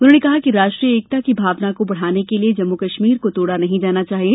उन्होंने कहा कि राष्ट्रीय एकता की भावना को बढ़ाने के लिए जम्मू कश्मीर को तोड़ा नहीं जाना चाहिए